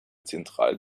zentral